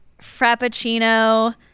Frappuccino